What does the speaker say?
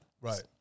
Right